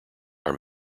are